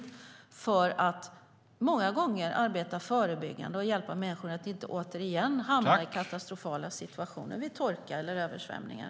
Så måste det många gånger vara för att man ska kunna arbeta förebyggande och hjälpa människor att inte återigen hamna i katastrofala situationer vid torka eller översvämningar.